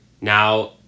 Now